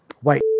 white